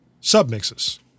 submixes